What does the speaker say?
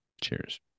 Cheers